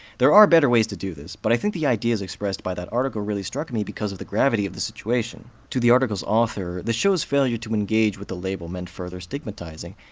there are better ways to do this, but i think the ideas expressed by that article really struck me because of the gravity of the situation. to the article's author, the show's failure to engage with the label meant further stigmatizing,